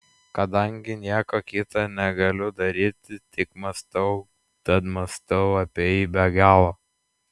kadangi nieko kita negaliu daryti tik mąstau tad mąstau apie jį be galo